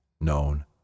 known